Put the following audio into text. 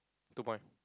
two point